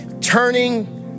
turning